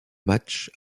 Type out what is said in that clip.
matches